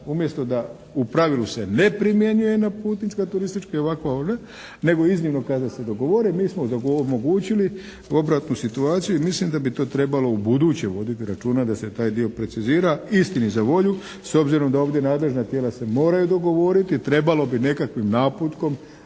Umjesto da u pravilu se ne primjenjuje na putnička, turistička i ovakva ovdje, nego iznimno kada se dogovore mi smo omogućili obratnu situaciju i mislim da bi to trebalo u buduće voditi računa da se taj dio precizira istini za volju s obzirom da ovdje nadležna tijela se moraju dogovoriti. Trebalo bi nekakvim naputkom